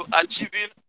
achieving